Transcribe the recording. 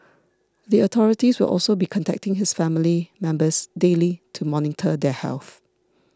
the authorities will also be contacting his family members daily to monitor their health